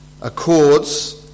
accords